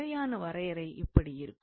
முறையான வரையறை இப்படி இருக்கும்